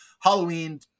Halloween